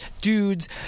dudes